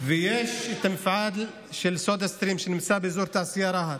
יש את מפעל סודהסטרים, שנמצא באזור התעשייה רהט.